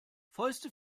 fäuste